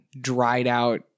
dried-out